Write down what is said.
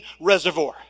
reservoir